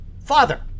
father